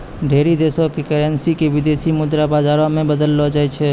ढेरी देशो र करेन्सी क विदेशी मुद्रा बाजारो मे बदललो जाय छै